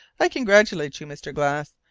i congratulate you, mr. glass.